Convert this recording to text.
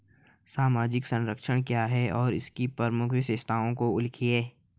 सामाजिक संरक्षण क्या है और इसकी प्रमुख विशेषताओं को लिखिए?